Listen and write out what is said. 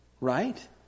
right